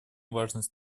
важность